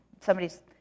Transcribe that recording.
somebody's